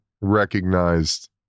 recognized